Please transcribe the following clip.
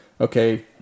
okay